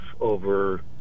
over